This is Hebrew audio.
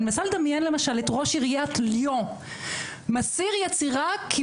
אני מנסה לדמיין למשל את ראש עריית ליאו מסיר יצירה רק,